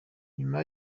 nyuma